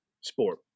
sport